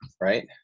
right